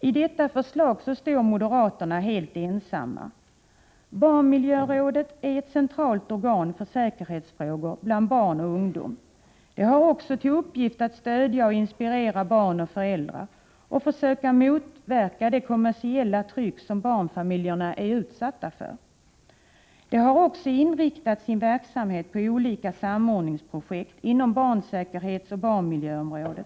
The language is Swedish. Moderaterna står helt ensamma bakom detta förslag. Barnmiljörådet är ett centralt organ för frågor om säkerhet för barn och ungdom. Det har också till uppgift att stödja och inspirera barn och föräldrar och försöka motverka det kommersiella tryck som barnfamiljerna är utsatta för. Barnmiljörådet har inriktat sin verksamhet på olika samordningsprojekt inom barnsäkerhetsoch barnmiljöområdet.